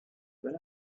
got